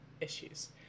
issues